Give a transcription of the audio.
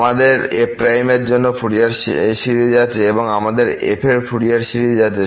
আমাদের f এর জন্য ফুরিয়ার সিরিজ আছে এবং আমাদের f এর ফুরিয়ার সিরিজ আছে